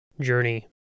journey